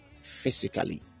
physically